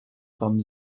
von